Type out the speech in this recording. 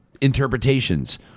interpretations